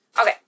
Okay